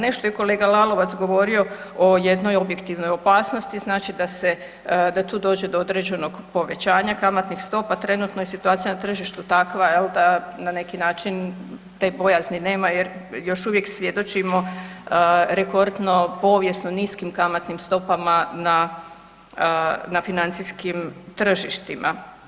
Nešto je kolega Lalovac govorio o jednoj objektivnoj opasnosti, znači da tu dođe do određenog povećanja kamatnih topa, trenutno je situacija na tržištu takva jel, da na neki način te bojazni nema jer još uvijek svjedočimo rekordno povijesno niskim kamatnim stopama na financijskim tržištima.